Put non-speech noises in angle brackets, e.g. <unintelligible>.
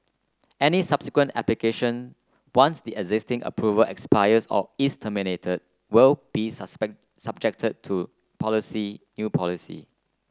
any subsequent application once the existing approval expires or is terminated will be <unintelligible> subjected to policy new policy